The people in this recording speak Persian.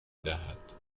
دهد